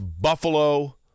Buffalo